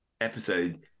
episode